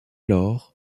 lors